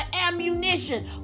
ammunition